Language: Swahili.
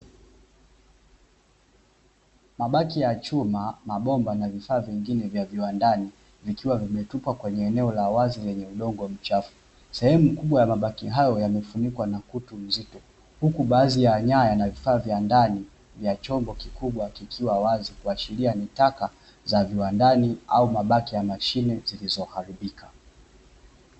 Mabaki ya vyuma, mabomba na vifaa vingine vya kiwandani; vikiwa vimetupwa kwenye eneo la wazi lenye udongo mchafu. Sehemu kubwa ya mabaki hayo yamefunikwa na kutu nzito, huku baadhi ya nyaya na vifaa vya ndani vya chombo kikubwa kikiwa wazi, kuashiria ni taka za viwandani au mabaki ya mashine zilizoharibika.